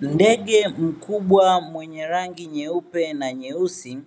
Ndege mkubwa mwenye rangi nyeupe na nyeusi,